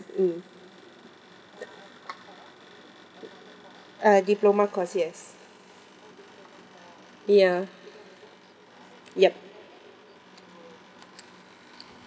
mm uh diploma course yes ya yup